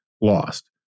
lost